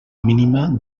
mínima